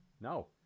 No